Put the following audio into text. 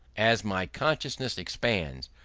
as my consciousness expands,